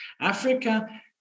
Africa